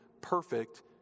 perfect